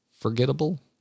forgettable